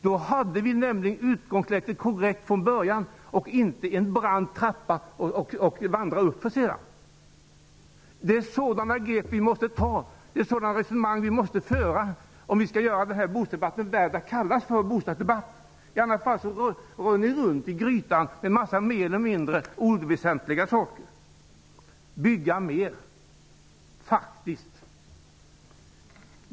Då skulle utgångsläget vara korrekt utan en brant trappa att vandra uppför. Vi måste ta sådana grepp och föra sådana resonemang om denna bostadsdebatt skall vara värd att kallas för en bostadsdebatt. Annars rör vi bara runt en mängd oväsentligheter i grytan.